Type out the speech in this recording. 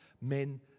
men